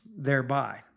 Thereby